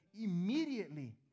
Immediately